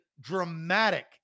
dramatic